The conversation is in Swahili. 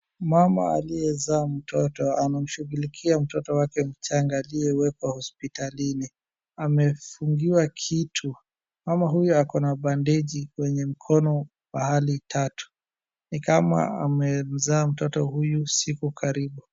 Mama aliyezaa mtoto ana mshugulikia mtoto wake mchanga aliyewekwa hospitalini amefungiwa kitu. Mama huyu ako na bandeji kwenye mkono pahali tatu. Ni kama amemzaa mtoto huyu siku karibu.